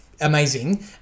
amazing